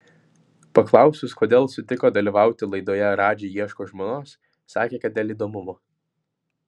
paklausus kodėl sutiko dalyvauti laidoje radži ieško žmonos sakė kad dėl įdomumo